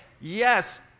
yes